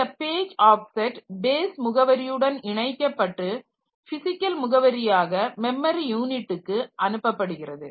இந்த page offset base முகவரியுடன் இணைக்கப்பட்டு பிசிக்கல் முகவரியாக மெமரி யூனிட்டுக்கு அனுப்பப்படுகிறது